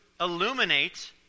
illuminate